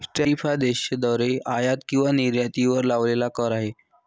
tariff हा देशाद्वारे आयात किंवा निर्यातीवर लावलेला कर आहे